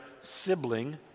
sibling